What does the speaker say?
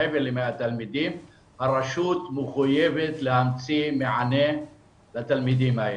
מעבר ל-100 תלמידים הרשות מחויבת להמציא מענה לתלמידים האלה,